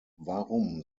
warum